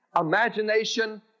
imagination